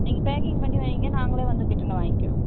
நீங்கள் பேக்கிங் பண்ணி வைங்க நாங்களே வந்து கிட்ட வந்து வாங்கிக்குறோம்